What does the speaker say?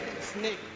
snake